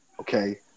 Okay